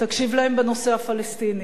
תקשיב להם בנושא הפלסטיני,